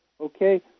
okay